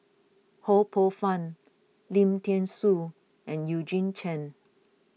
Ho Poh Fun Lim thean Soo and Eugene Chen